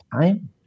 time